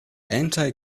anti